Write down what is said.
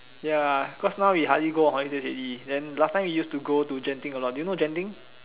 ya cause now we hardly go on holidays already then last time we used to go to Genting a lot do you know Genting